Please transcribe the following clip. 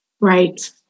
Right